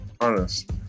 honest